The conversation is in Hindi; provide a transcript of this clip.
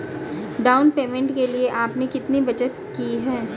डाउन पेमेंट के लिए आपने कितनी बचत की है?